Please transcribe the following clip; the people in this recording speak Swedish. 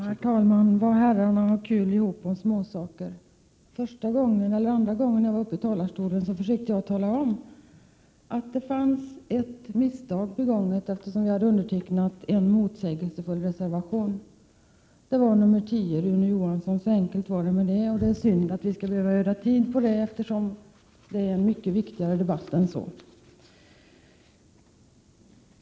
Herr talman! Vad herrarna har kul ihop om småsaker! När jag var uppe i talarstolen tidigare försökte jag tala om att det var ett misstag begånget. Jag har undertecknat en motsägelsefull reservation, nr 10. Så enkelt, Rune Johansson, är det. Det är synd att vi skall behöva ödsla tid på att tala om sådant, för debatten är viktigare än så.